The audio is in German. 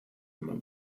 einmal